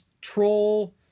Troll